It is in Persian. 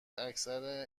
اکثر